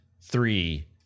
Three